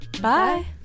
Bye